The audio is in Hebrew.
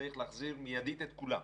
צריך להחזיר מיידית את כולם.